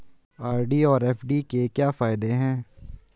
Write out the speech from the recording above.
RD और FD के क्या फायदे हैं?